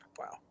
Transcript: Wow